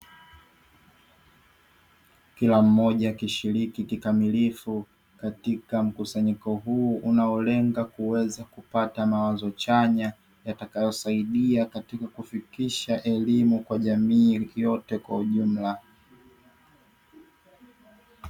Kila mmoja akishiriki kikamilifu katika mkusanyiko huu unaolenga kuweza kupata mawazo chanya yatakayosaidia katika kufikisha elimu kwa jamii yote kwa ujumla.